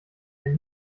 mir